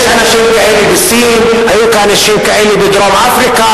יש אנשים כאלה בסין, היו אנשים כאלה בדרום-אפריקה.